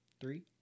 Three